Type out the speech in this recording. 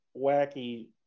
wacky